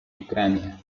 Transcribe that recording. ucrania